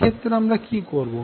এক্ষেত্রে আমরা কি করব